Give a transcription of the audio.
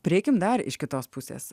pridėkime dar iš kitos pusės